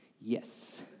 Yes